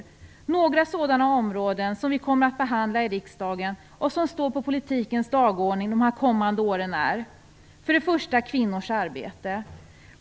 Jag skall nämna några sådana områden som vi kommer att behandla i riksdagen och som står på politikens dagordning. För det första: Det gäller kvinnors arbete.